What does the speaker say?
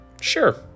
Sure